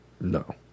No